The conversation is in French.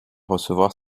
recevoir